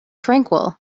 tranquil